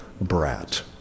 brat